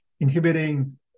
inhibiting